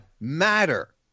matter